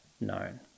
known